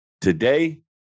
Today